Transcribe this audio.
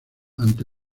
ante